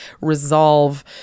resolve